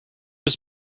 his